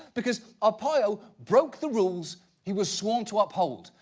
because arpaio broke the rules he was sworn to uphold.